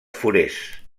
forès